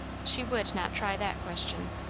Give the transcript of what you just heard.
she would not try that question.